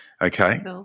Okay